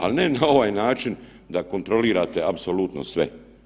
Ali ne na ovaj način da kontrolirate apsolutno sve.